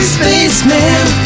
Spaceman